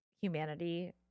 humanity